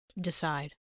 Decide